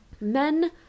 men